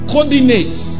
Coordinates